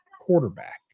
quarterback